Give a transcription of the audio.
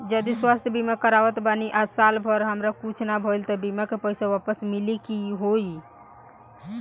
जदि स्वास्थ्य बीमा करावत बानी आ साल भर हमरा कुछ ना भइल त बीमा के पईसा वापस मिली की का होई?